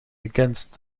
against